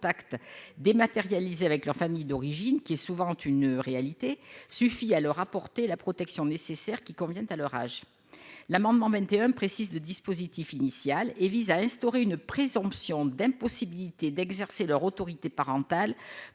de contacts dématérialisé avec leur famille d'origine qui est souvent une réalité suffit à leur apporter la protection nécessaire qui convient à l'orage, l'amendement 21, précise le dispositif initial et vise à instaurer une présomption d'impossibilité d'exercer leur autorité parentale